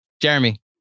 Jeremy